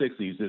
1960s